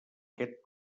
aquest